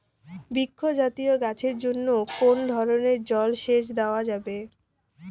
বৃক্ষ জাতীয় গাছের জন্য কোন ধরণের জল সেচ দেওয়া যাবে?